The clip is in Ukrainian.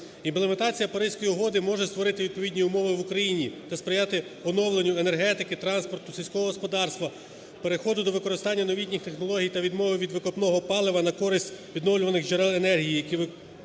Імплементація Паризької угоди може створити відповідні умови в Україні та сприяти оновленню енергетики, транспорту, сільського господарства переходу використання новітніх технологій та відмови від викопного палива на користь відновлювальних джерел енергії, які виключають